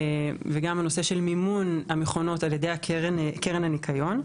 וגם הנושא של מימון המכונות על ידי קרן הניקיון.